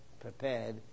prepared